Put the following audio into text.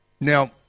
Now